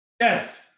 Yes